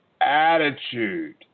attitude